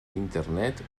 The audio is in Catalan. internet